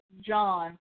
John